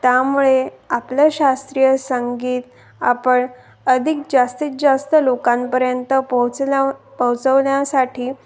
त्यामुळे आपलं शास्त्रीय संगीत आपण अधिक जास्तीत जास्त लोकांपर्यंत पोहोचन्याव पोचवण्यासाठी